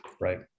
right